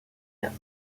heure